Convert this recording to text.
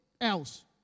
else